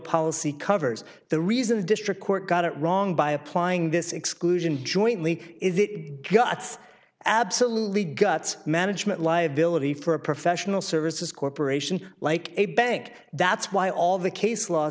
policy covers the reason a district court got it wrong by applying this exclusion jointly if it gets absolutely gut management liability for a professional services corporation like a bank that's why all the case law